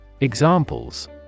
Examples